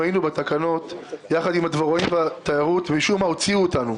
היינו בתקנות ביחד עם הדבוראים והתיירות אך משום מה הוציאו אותנו.